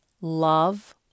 love